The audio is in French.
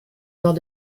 nord